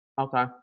Okay